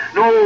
no